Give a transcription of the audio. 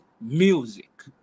music